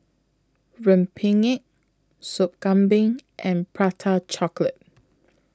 Rempeyek Sop Kambing and Prata Chocolate